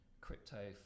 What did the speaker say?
crypto